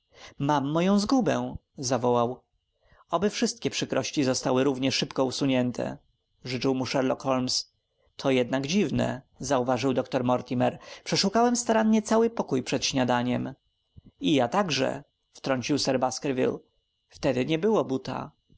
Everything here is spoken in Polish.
mam moją zgubę zawołał oby wszystkie przykrości zostały równie szybko usunięte życzył mu sherlock holmes to jednak dziwne zauważył doktor mortimer przeszukałem starannie cały pokój przed śniadaniem i ja także wtrącił sir baskerville wtedy nie było buta